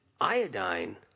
Iodine